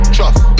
Trust